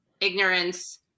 ignorance